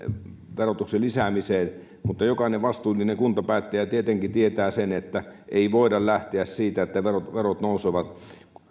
verotuksen lisäämiseen mutta jokainen vastuullinen kuntapäättäjä tietenkin tietää sen että ei voida lähteä siitä että verot verot nousevat